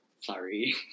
sorry